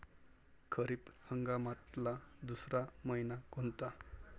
खरीप हंगामातला दुसरा मइना कोनता?